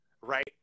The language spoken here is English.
right